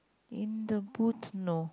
in the boot no